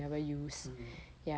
mm